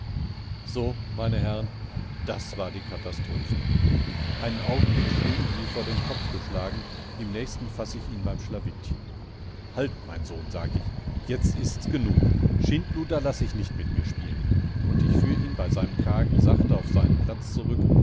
so meine herren das war die katastrophe einen augenblick steh ich wie vor den kopf geschlagen im nächsten fass ich ihn beim schlafittchen halt mein sohn sag ich jetzt ist's genug schindluder lass ich nicht mit mir spielen und ich führ ihn bei seinem kragen sachte auf seinen platz zurück